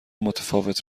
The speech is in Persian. متفاوت